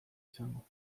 izango